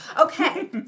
Okay